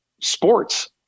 Sports